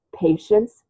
patience